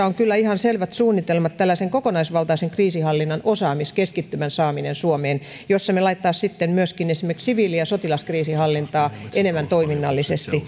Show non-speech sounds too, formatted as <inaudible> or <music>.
<unintelligible> on kyllä ihan selvät suunnitelmat tällaisen kokonaisvaltaisen kriisinhallinnan osaamiskeskittymän saamiselle suomeen jossa me laittaisimme myöskin esimerkiksi siviili ja sotilaskriisinhallintaa enemmän toiminnallisesti <unintelligible>